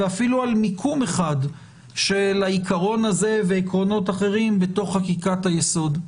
ואפילו על מיקום אחד של העיקרון הזה ועקרונות אחרים בתוך חקיקת היסוד.